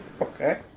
Okay